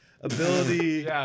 ability